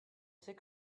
sais